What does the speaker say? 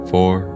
Four